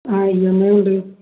ആ ഇഎംഐ ഉണ്ട്